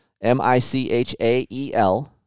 M-I-C-H-A-E-L